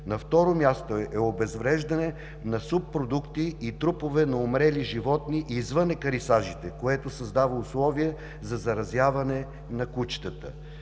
На второ място е обезвреждане на субпродукти и трупове на умрели животни извън екарисажите, което създава условие за заразяване на кучетата.